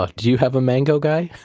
ah do you have a mango guy?